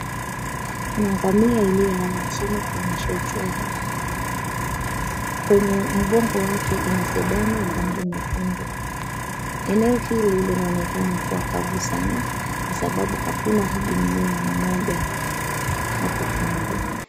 Kuna ngamia iliyolala chini kuonyesha uchovu, kwenye mgongo wake ina sedai ya rangi nyekundu, eneo hili linaonekana kuwa kavu sana kwa sababu hakuna hata mmea mmoja, apo kando.